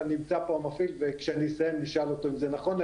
אבל נמצא פה המפעיל וכשאני אסיים נשאל אותו אם זה נכון.